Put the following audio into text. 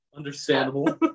Understandable